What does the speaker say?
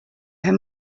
her